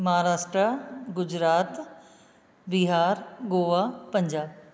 Maharashtra Gujarat Bihar Goa Punjab